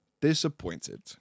disappointed